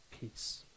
peace